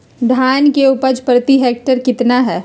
धान की उपज प्रति हेक्टेयर कितना है?